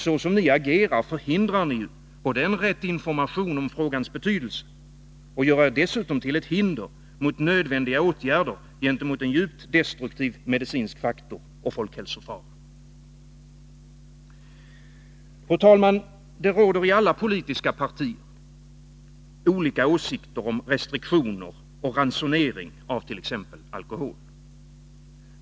Så som ni agerar, förhindrar ni ju både en riktig information om frågans betydelse och gör er dessutom till ett hinder mot nödvändiga åtgärder gentemot en djupt destruktiv medicinsk faktor och folkhälsofara. Fru talman! Det råder i alla politiska partier olika åsikter om restriktioner och ransonering av t.ex. alkohol.